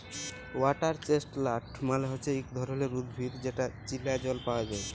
water chestnut মালে হচ্যে ইক ধরণের উদ্ভিদ যেটা চীলা জল পায়া যায়